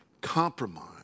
Compromise